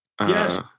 Yes